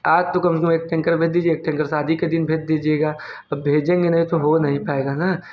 आज तो कम से कम एक टेंकर भेज दीजिए एक टेंकर शादी के दिन भेज दीजिएगा अब भेजेंगे नहीं तो हो नहीं पाएगा ना